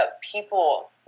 people